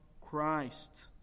Christ